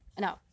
no